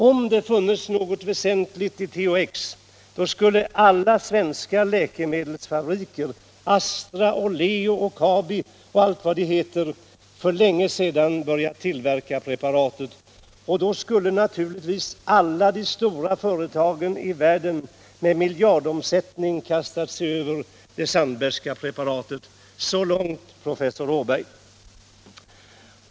Om det funnes något väsentligt i THX då skulle alla svenska läkemedelsfabriker —- Astra, Leo, Kabi och allt vad de heter — för länge sedan tillverkat preparatet. Och då skulle naturligtvis alla de stora läkemedelsföretagen i världen med miljardomsättning kastat sig över det Sandbergska preparatet.” Så långt Åberg!